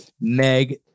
Meg